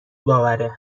باوره